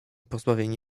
pozbawieni